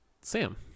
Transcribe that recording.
sam